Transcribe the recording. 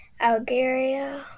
Algeria